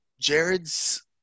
Jared's